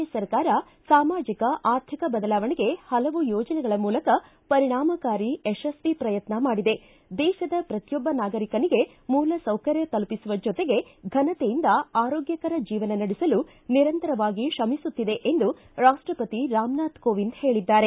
A ಸರ್ಕಾರ ಸಾಮಾಜಿಕ ಆರ್ಥಿಕ ಬದಲಾವಣೆಗೆ ಹಲವು ಯೋಜನೆಗಳ ಮೂಲಕ ಪರಿಣಾಮಕಾರಿ ಯಶಸ್ತಿ ಪ್ರಯತ್ನ ಮಾಡಿದೆ ದೇಶದ ಪ್ರತಿಯೊಬ್ಬ ನಾಗರಿಕನಿಗೆ ಮೂಲ ಸೌಕರ್ಯ ತಲುಪಿಸುವ ಜೊತೆಗೆ ಫನತೆಯಿಂದ ಆರೋಗ್ಟಕರ ಜೀವನ ನಡೆಸಲು ನಿರಂತರವಾಗಿ ಶ್ರಮಿಸುತ್ತಿದೆ ಎಂದು ರಾಪ್ಲಸತಿ ರಾಮನಾಥ ಕೋವಿಂದ್ ಹೇಳಿದ್ದಾರೆ